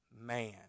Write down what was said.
man